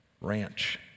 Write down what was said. ranch